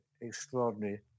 extraordinary